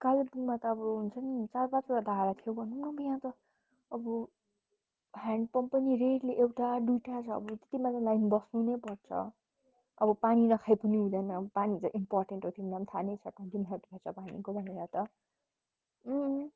कालिम्पोङमा त अब हुन्छ नि चार पाँचवटा धारा थियो भनौँ न यहाँ त अब ह्यान्डपम्प पनि रेरली एउटा दुइटा छ अब त्यतिमा त लाइन बस्नु नै पर्छ अब पानी नखाइ पनि हुँदैन पानी झन् इन्पोर्टेन्ट हो तिमीलाई पनि थाहा नै छ कति भ्याल्यु छ पानीको भनेर त